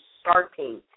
starting